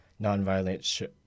nonviolent